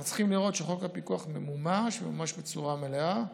אנחנו צריכים לראות שחוק הפיקוח ממומש ממש בצורה מלאה.